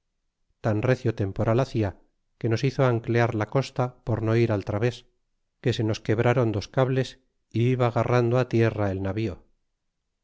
tan recio temporal hacia que nos hizo anclear la costa por no ir al través que se nos quebraron dos cables y iba garrando á tierra el navío